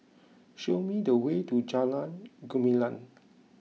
show me the way to Jalan Gumilang